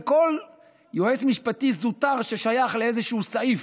וכל יועץ משפטי זוטר ששייך לאיזשהו סעיף,